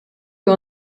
wir